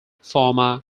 former